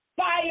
fire